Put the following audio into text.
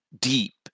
deep